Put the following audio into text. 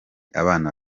abana